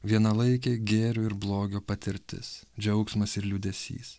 vienalaikė gėrio ir blogio patirtis džiaugsmas ir liūdesys